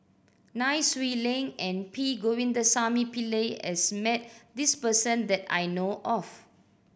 Nai Swee Leng and P Govindasamy Pillai has met this person that I know of